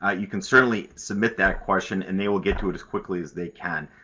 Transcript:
ah you can certainly submit that question and they will get to it as quickly as they can.